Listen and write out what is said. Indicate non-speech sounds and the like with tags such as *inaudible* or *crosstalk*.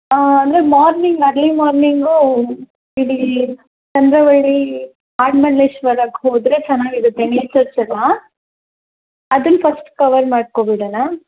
ಅಂದರೆ morning early ಮಾರ್ನಿಂಗೂ *unintelligible* Chandravalli ಆಡು ಮಲ್ಲೇಶ್ವರಕ್ಕೆ ಹೋದರೆ ಚೆನ್ನಾಗಿರುತ್ತೆ ನೇಚರ್ಸ್ ಎಲ್ಲ ಅದನ್ನು ಫಸ್ಟ್ ಕವರ್ ಮಾಡ್ಕೊಬಿಡಣ